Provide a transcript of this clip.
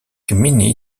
gminy